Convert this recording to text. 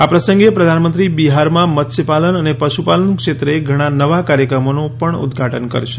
આ પ્રસંગે પ્રધાનમંત્રી બિહારમાં મત્સ્ય પાલન અને પશુપાલન ક્ષેત્રે ઘણા નવા કાર્યક્રમોનું પણ ઉદઘાટન કરશે